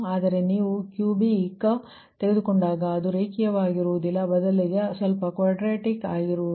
ಆದರೆ ನೀವು ಕ್ಯೂಬಿಕ್ ತೆಗೆದುಕೊಂಡಾಗ ಅದು ರೇಖೀಯವಾಗಿರುವುದಿಲ್ಲ ಬದಲಾಗಿ ಸ್ವಲ್ಪ ಕ್ವಡ್ರೆಟಿಕ್ ಆಗಿರುತ್ತದೆ